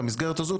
במסגרת הזאת,